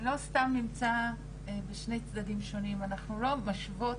לא סתם נמצא שני צדדים שונים, אנחנו לא משוות,